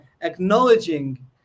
acknowledging